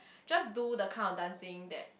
just do the kind of dancing that